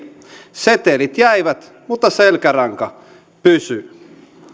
setelit jäivät mutta selkäranka pysyi